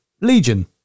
Legion